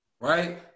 Right